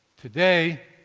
today,